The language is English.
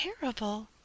terrible